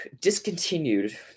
discontinued